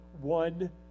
one